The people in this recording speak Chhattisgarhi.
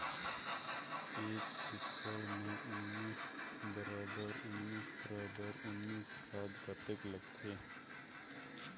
एक एकड़ मे उन्नीस बराबर उन्नीस बराबर उन्नीस खाद कतेक लगथे?